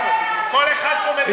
כל אחד פה מדבר,